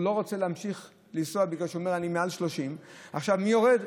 והוא לא רוצה להמשיך לנסוע בגלל שהוא אומר שיש מעל 30. אז מי יורד?